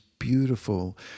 beautiful